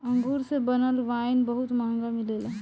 अंगूर से बनल वाइन बहुत महंगा मिलेला